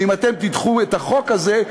ואם אתם תדחו את החוק הזה,